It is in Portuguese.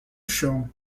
chão